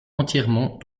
entièrement